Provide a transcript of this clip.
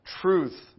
truth